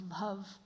love